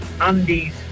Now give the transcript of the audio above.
undies